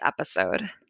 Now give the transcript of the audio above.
episode